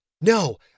No